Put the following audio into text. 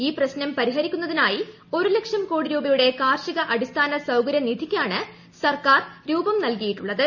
ഈ പ്രശ്നം പരിഹരിക്കുന്നതിനായി ഒരു ലക്ഷം കോടി രൂപയുടെ കാർഷിക അടിസ്ഥാന സൌകര്യ നിധിയ്ക്കാണ് സർക്കാർ രുപം നൽകിയിട്ടുള്ളത്